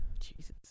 Jesus